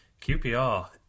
QPR